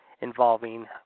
involving